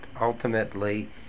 ultimately